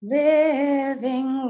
living